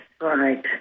right